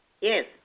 Yes